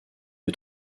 des